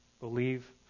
Believe